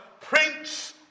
Prince